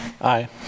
Aye